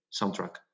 soundtrack